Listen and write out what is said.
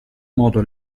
modo